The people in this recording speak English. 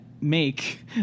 make